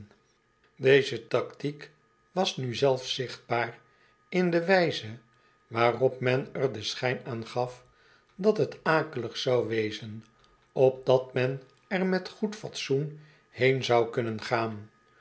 deze tactiek nu was zelfs zichtbaar in de wijze waarop men er den schijn aan gaf dat het akelig zou wezen opdat men er met goed fatsoen heen zou kunnen gaan